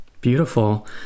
Beautiful